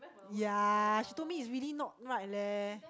ya she told me is really not right leh